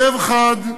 כאב חד,